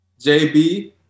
JB